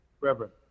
Reverend